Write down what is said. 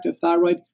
thyroid